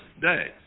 day